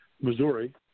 Missouri